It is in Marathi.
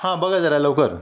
हां बघा जरा लवकर